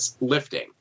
lifting